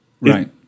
Right